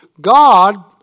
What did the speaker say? God